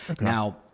Now